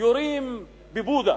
יורים בבודהה,